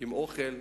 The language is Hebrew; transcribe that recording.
עם אוכל.